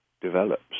develops